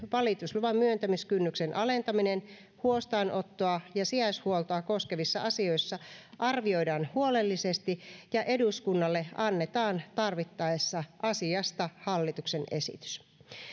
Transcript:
valitusluvan myöntämiskynnyksen alentaminen huostaanottoa ja sijaishuoltoa koskevissa asioissa arvioidaan huolellisesti ja eduskunnalle annetaan tarvittaessa asiasta hallituksen esitys